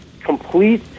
complete